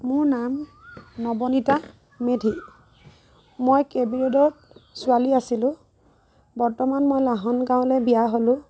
মোৰ নাম নৱনিতা মেধি মই কে বি ৰোডৰ ছোৱালী আছিলোঁ বৰ্তমান মই লাহন গাঁৱলৈ বিয়া হ'লোঁ